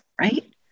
right